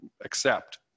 accept